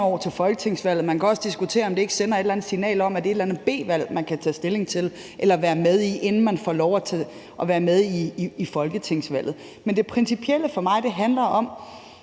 år til folketingsvalget. Og man kan også diskutere, om det ikke sender et eller andet signal om, at det er et eller andet B-valg, man kan være med i, inden man får lov at være med i folketingsvalget. Men det principielle for mig handler om,